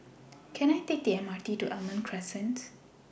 Can I Take The MRT to Almond Crescent